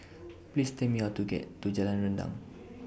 Please Tell Me How to get to Jalan Rendang